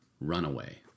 Runaway